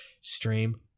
stream